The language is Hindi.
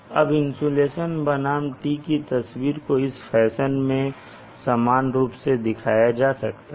अब इंसुलेशन बनाम "t" की तस्वीर को इस फैशन में समान रूप से दिखाया जा सकता है